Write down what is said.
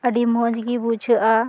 ᱟᱹᱰᱤ ᱢᱚᱡᱽ ᱜᱮ ᱵᱩᱡᱷᱟᱹᱜᱼᱟ